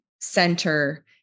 center